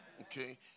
Okay